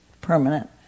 permanent